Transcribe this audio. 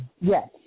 Yes